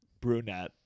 brunette